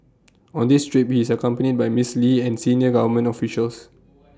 on this trip he is accompanied by miss lee and senior government officials